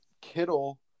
Kittle